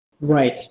Right